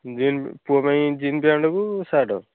jeans ପୁଅ ପାଇଁ jeans ପ୍ୟାଣ୍ଟ୍କୁ ସାର୍ଟ୍